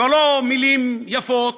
כבר לא מילים יפות,